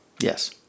Yes